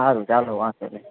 સારું ચાલો વાંધો નઈ